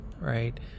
right